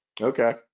Okay